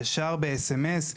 ישר ב-S.M.S.